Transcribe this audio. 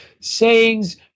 sayings